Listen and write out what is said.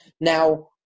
Now